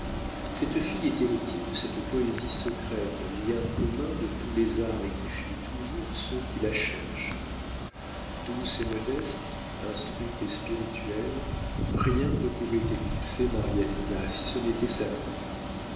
cette fille était le type de cette poésie secrète lien commun de tous les arts et qui fuit toujours ceux qui la cherchent douce et modeste instruite et spirituelle rien ne pouvait éclipser marianina si ce n'était sa mère